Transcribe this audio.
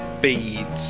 Beads